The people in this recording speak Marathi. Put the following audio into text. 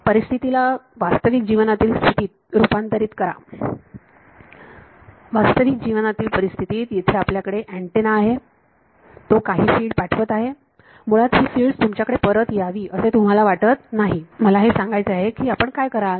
परिस्थितीला वास्तविक जीवनातील स्थितीत रुपांतरीत करा वास्तविक जीवनातील परिस्थितीत येथे आपल्याकडे अँटेना आहे तो काही फील्ड पाठवित आहेमुळात ही फील्ड्स तुमच्याकडे परत यावी असे तुम्हाला वाटत नाहीमला हे सांगायचे आहे की आपण काय कराल